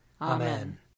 Amen